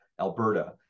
Alberta